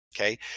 Okay